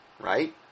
right